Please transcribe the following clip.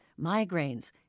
migraines